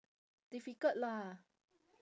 difficult lah